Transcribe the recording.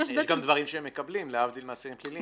יש גם דברים שהם מקבלים להבדיל מאסירים פליליים.